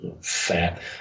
Fat